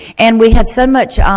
and we had so much